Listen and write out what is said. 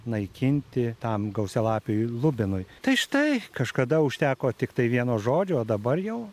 naikinti tam gausialapiui lubinui tai štai kažkada užteko tiktai vieno žodžio o dabar jau